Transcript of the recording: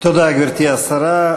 תודה, גברתי השרה.